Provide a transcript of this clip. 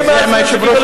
זה עם היושב-ראש הקודם.